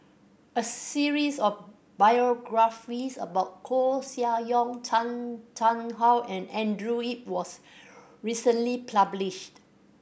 a series of biographies about Koeh Sia Yong Chan Chang How and Andrew Yip was recently published